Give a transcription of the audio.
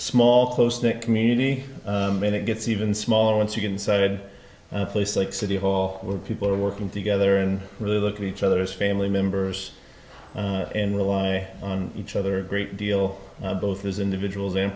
small close knit community and it gets even smaller once you get inside places like city hall where people are working together and really look at each other's family members and rely on each other great deal both as individuals and